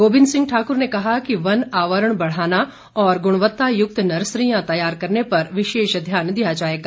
गोबिंद सिंह ठाकुर ने कहा कि वन आवरण बढ़ाना और गुणवत्ता युक्त नर्सरियां तैयार करने पर विशेष ध्यान दिया जाएगा